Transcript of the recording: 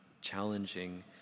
challenging